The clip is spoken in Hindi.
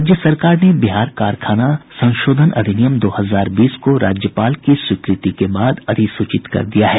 राज्य सरकार ने बिहार कारखाना संशोधन अधिनियम दो हजार बीस को राज्यपाल की स्वीकृति के बाद अधिसूचित कर दिया है